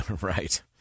Right